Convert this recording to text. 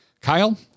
Kyle